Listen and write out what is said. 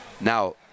Now